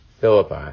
Philippi